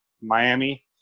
Miami